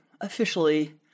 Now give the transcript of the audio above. officially